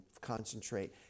concentrate